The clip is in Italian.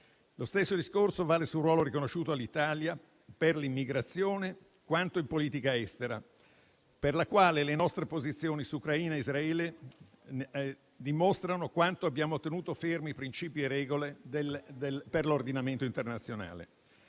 Lo stesso discorso vale sul ruolo riconosciuto all'Italia per l'immigrazione quanto alla politica estera, per la quale le nostre posizioni su Ucraina e Israele dimostrano quanto abbiamo tenuto fermi i principi e le regole dell'ordinamento internazionale.